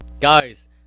guys